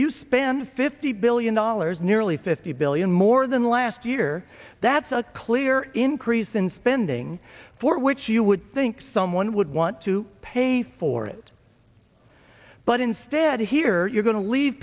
you spend fifty billion dollars nearly fifty billion more than last year that's a clear increase in spending for which you would think someone would want to pay for it but instead here you're going to leave